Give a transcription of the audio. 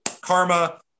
karma